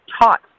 taught